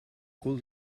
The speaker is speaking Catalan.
cul